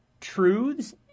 truths